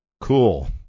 Cool